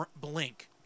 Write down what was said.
blink